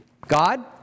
God